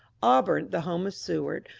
auburn, the home of seward,